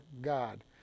God